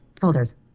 Folders